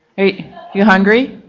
you hungry?